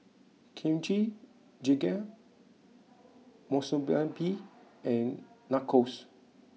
Kimchi Jjigae Monsunabe and Nachos